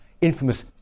infamous